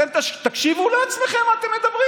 אתם, תקשיבו לעצמכם, מה אתם מדברים.